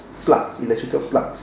plugs electrical plugs